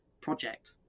project